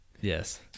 Yes